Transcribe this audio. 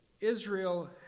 Israel